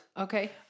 Okay